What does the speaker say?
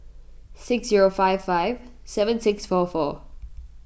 six zero five five seven six four four